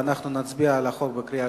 ואנחנו נצביע על החוק בקריאה